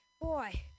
boy